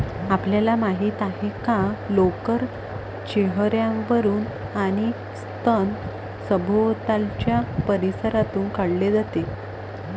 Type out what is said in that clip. आपल्याला माहित आहे का लोकर चेहर्यावरून आणि स्तन सभोवतालच्या परिसरातून काढले जाते